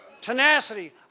Tenacity